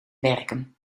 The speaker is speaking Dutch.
werken